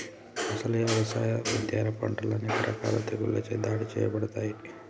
అసలు యవసాయ, ఉద్యాన పంటలు అనేక రకాల తెగుళ్ళచే దాడి సేయబడతాయి